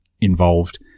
involved